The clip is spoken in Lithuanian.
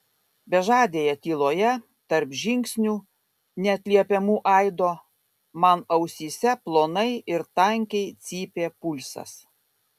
bežadėje tyloje tarp žingsnių neatliepiamų aido man ausyse plonai ir tankiai cypė pulsas